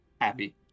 happy